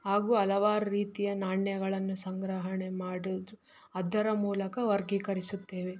ಹಾಗೂ ಹಲವಾರು ರೀತಿಯ ನಾಣ್ಯಗಳನ್ನು ಸಂಗ್ರಹಣೆ ಮಾಡೋದು ಅದರ ಮೂಲಕ ವರ್ಗೀಕರಿಸುತ್ತೇವೆ